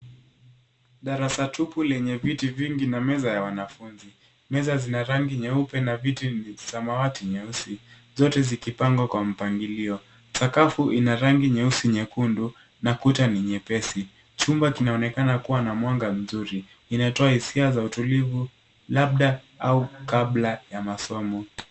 Darasa tupu lenye viti vingi na meza ya wanafunzi. Meza zina rangi nyeupe na viti ni sawati nyeusi zote zikipangwa kwa mpagilio. Sakafu ina rangi nyeusi nyekundu na kuta ni nyepesi. Chumba kinaonekana kuwa na mwanga mzuri. Inatoa hisia za utulivu labda au kabla ya masomo.